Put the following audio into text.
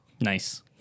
Nice